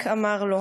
מק אמר לו: